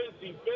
Busy